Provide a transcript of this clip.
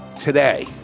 Today